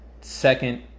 second